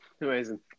Amazing